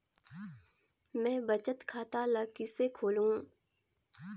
मैं बचत खाता ल किसे खोलूं?